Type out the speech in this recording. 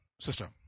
Sister